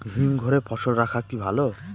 হিমঘরে ফসল রাখা কি ভালো?